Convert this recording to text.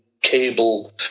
cable